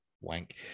wank